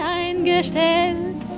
eingestellt